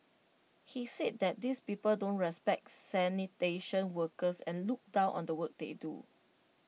he says that these people don't respect sanitation workers and look down on the work they do